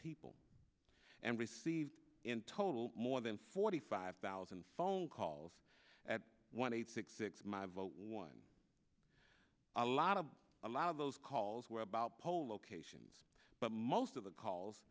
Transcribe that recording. people and received in total more than forty five thousand phone calls at one eight hundred six my vote one a lot of a lot of those calls were about poll locations but most of the calls